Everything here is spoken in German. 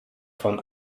von